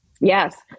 Yes